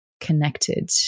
connected